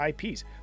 IPs